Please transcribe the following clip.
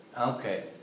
Okay